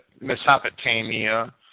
Mesopotamia